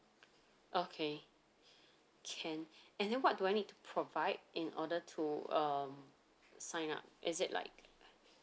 okay can and then what do I need to provide in order to um sign up is it like